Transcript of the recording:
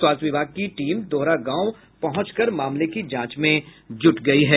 स्वास्थ्य विभाग की टीम दोहरा गांव पहुंचकर मामले की जांच में जुटी है